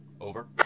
Over